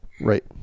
Right